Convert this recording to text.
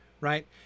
right